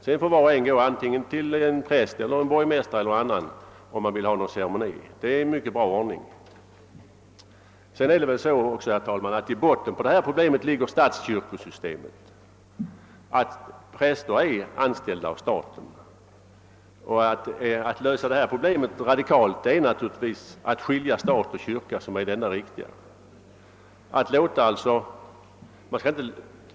Sedan får kontrahenterna vända sig antingen till en präst, en borgmästare eller någon annan, om de vill ha en ceremoni. Det är en mycket bra ordning. I botten på detta problem, herr talman, ligger statskyrkosystemet, som innebär att prästerna är anställda av staten. Det enda riktiga sättet att radikalt lösa problemet är därför att skilja stat och kyrka åt.